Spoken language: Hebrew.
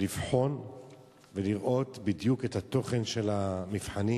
לבחון ולראות בדיוק את התוכן של המבחנים.